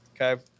okay